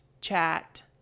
chat